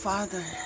Father